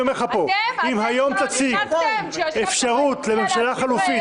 אני אומר לך פה אם היום תציג אפשרות לממשלה חלופית,